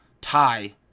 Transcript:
tie